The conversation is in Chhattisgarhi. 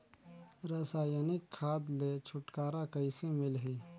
रसायनिक खाद ले छुटकारा कइसे मिलही?